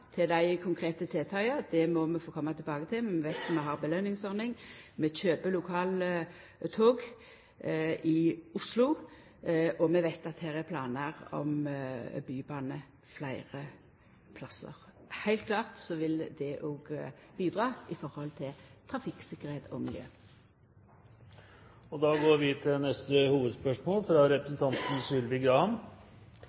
til dei konkrete tiltaka. Det må vi få koma tilbake til. Vi veit at vi har ei belønningsordning. Vi kjøper lokale tog i Oslo, og vi veit at det er planar om ei bybane fleire plassar. Det vil heilt klart òg bidra i høve til trafikktryggleik og miljø. Vi går til neste